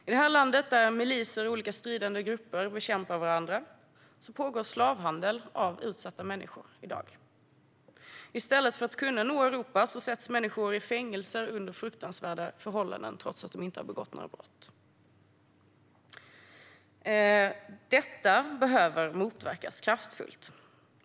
I detta land, där miliser och olika stridande grupper bekämpar varandra, pågår i dag slavhandel med utsatta människor. I stället för att nå Europa sätts människor i fängelse under fruktansvärda förhållanden trots att de inte har begått något brott. Detta behöver motverkas kraftfullt.